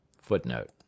Footnote